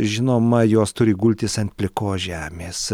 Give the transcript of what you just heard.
žinoma jos turi gultis ant plikos žemės